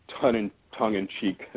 tongue-in-cheek